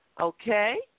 Okay